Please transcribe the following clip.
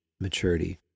maturity